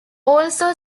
also